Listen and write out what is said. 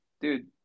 dude